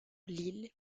lille